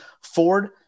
Ford